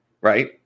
right